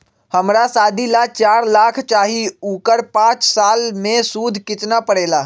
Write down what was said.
हमरा शादी ला चार लाख चाहि उकर पाँच साल मे सूद कितना परेला?